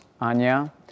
Anya